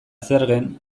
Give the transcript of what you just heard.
zergen